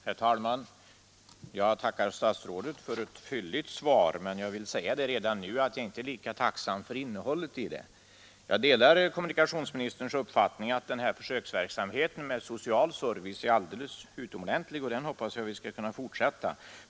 Herr talman! Jag tackar statsrådet för ett fylligt svar, men jag vill redan nu säga att jag inte är lika tacksam för innehållet i svaret. Jag delar kommunikationsministerns uppfattning att försöksverksamheten med social service är alldeles utomordentlig, och den hoppas jag att vi skall kunna fortsätta med.